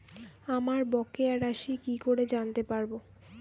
আমার বকেয়া রাশি কি করে জানতে পারবো?